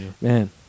Man